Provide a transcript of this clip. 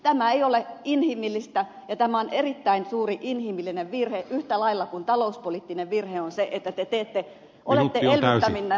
tämä ei ole inhimillistä tämä on erittäin suuri inhimillinen virhe yhtä lailla kuin talouspoliittinen virhe on se että te olette elvyttävinänne vaikka ette elvytä